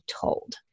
told